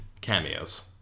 cameos